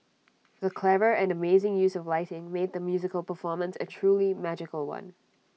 the clever and amazing use of lighting made the musical performance A truly magical one